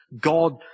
God